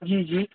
जी जी